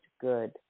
good